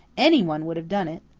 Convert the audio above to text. anyone would have done it.